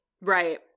Right